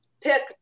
pick